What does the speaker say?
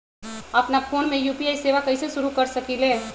अपना फ़ोन मे यू.पी.आई सेवा कईसे शुरू कर सकीले?